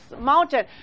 mountain